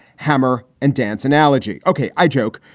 hammer and dance analogy. ok. i joke.